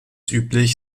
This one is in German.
üblich